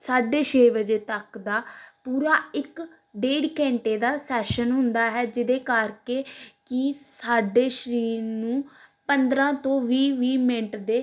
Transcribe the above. ਸਾਢੇ ਛੇ ਵਜੇ ਤੱਕ ਦਾ ਪੂਰਾ ਇੱਕ ਡੇਢ ਘੰਟੇ ਦਾ ਸੈਸ਼ਨ ਹੁੰਦਾ ਹੈ ਜਿਹਦੇ ਕਰਕੇ ਕਿ ਸਾਡੇ ਸਰੀਰ ਨੂੰ ਪੰਦਰਾਂ ਤੋਂ ਵੀਹ ਵੀਹ ਮਿੰਟ ਦੇ